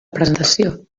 presentació